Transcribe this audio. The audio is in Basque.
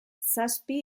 zazpi